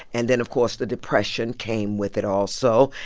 and then, of course, the depression came with it also.